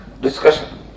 discussion